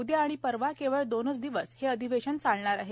उदया आणि परवा केवळ दोन दिवस हे अधिवेशन चालणार आहे